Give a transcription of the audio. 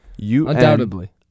Undoubtedly